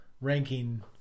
ranking